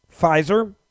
Pfizer